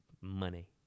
money